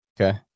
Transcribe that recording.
Okay